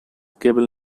cable